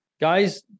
guys